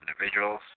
individuals